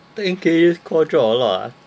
ten K that's called drop a lot ah